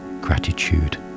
gratitude